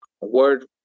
word